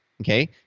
Okay